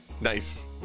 Nice